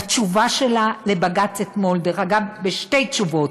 בתשובה שלה לבג"ץ אתמול, דרך אגב, בשתי תשובות,